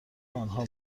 آنها